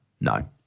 no